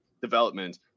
development